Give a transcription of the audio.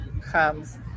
comes